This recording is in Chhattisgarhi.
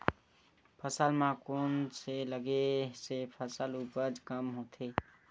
फसल म कोन से लगे से फसल उपज कम होथे?